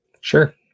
sure